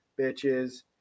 bitches